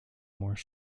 more